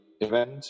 event